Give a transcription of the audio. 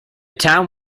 town